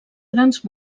grans